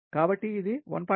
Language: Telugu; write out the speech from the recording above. కాబట్టిఇది 1